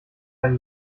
ein